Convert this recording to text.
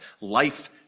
Life